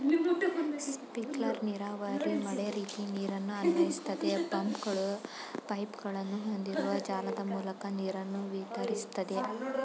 sprinkler ನೀರಾವರಿ ಮಳೆರೀತಿ ನೀರನ್ನು ಅನ್ವಯಿಸ್ತದೆ ಪಂಪ್ಗಳು ಪೈಪ್ಗಳನ್ನು ಹೊಂದಿರುವ ಜಾಲದ ಮೂಲಕ ನೀರನ್ನು ವಿತರಿಸ್ತದೆ